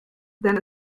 then